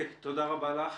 תודה רבה לך.